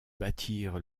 bâtir